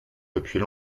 depuis